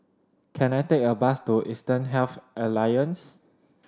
can I take a bus to Eastern Health Alliance